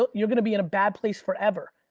you're gonna be in a bad place forever.